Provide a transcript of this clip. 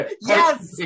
Yes